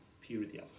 purity